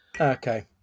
Okay